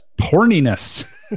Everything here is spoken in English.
porniness